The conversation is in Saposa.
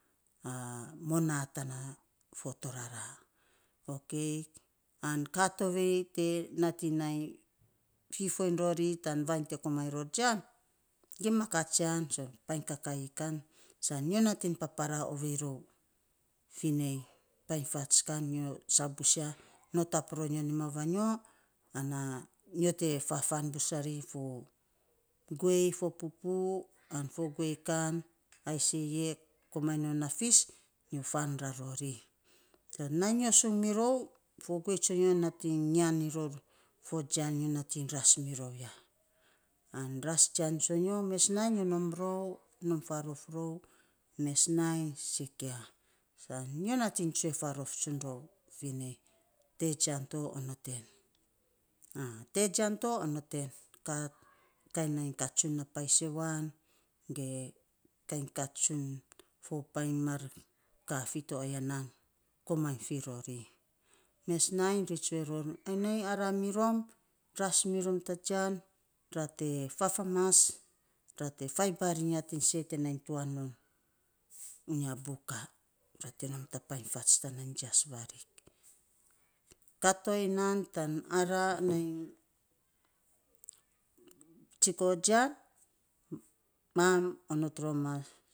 A monaa tana fo toraraa, okei an kaa tovei te nating nai fifoiny iny rori tan vainy te komainy ror jian, gima katsian painy kakaii kan san nyo nating paparaa ovei rou fi nei painy fats kan nyo sa bus ya nom tap rou ya nima vanyo ana nyo te fafaan bus rari fo guei, fo pupu an fo guei kan ai sei ee komainy non a fis, nyo faan rarori tan nainy nyo sung mirou, fo guei tsoinyo nating ngian iny ror fo jian nyo nating ras mirou ya, an ras jian tsonyo, mes nainy nyo nom rou, nom faarof rou mes nainy sikia, san nyo nating tsue faarof tsun rou fi nei, tee jian to onot en. ah tee jian to onot en kaa kainy nai kat tsun a painy sewan ge kainy kat tsuiny fo painy mar kaa fi to aya nan koman fi rori. Mes nainy ri tsue ror anyi nai araa mirom ras mirom ta jian, ra te fafamas ra te faibaar iny ya ten sei te nai tuan non unya buka, ra te nom ta painy fats nai jias vaarik. Kat toya nan tan araa nai tsikoo jian mam onot roma.